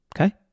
Okay